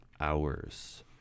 Hours